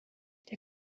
der